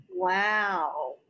Wow